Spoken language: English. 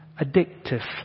addictive